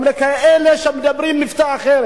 גם לכאלה שמדברים במבטא אחר,